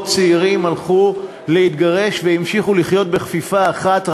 צעירים הלכו להתגרש והמשיכו לחיות בכפיפה אחת,